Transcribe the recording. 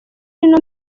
ino